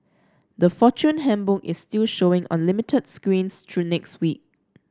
the Fortune Handbook is still showing on limited screens through next week